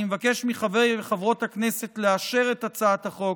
אני מבקש מחברי וחברות הכנסת לאשר את הצעת החוק